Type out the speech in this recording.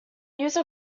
use